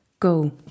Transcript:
go